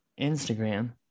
Instagram